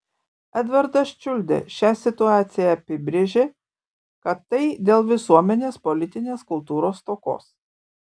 edvardas čiuldė šią situaciją apibrėžė kad tai dėl visuomenės politinės kultūros stokos